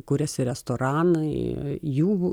kuriasi restoranai jų